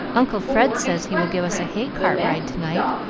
uncle fred says he will give us a hay-cart ride to-night,